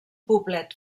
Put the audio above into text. poblet